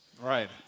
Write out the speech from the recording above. Right